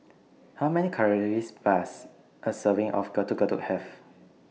How Many Calories Does A Serving of Getuk Getuk Have